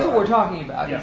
are talking about yeah